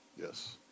Yes